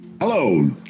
hello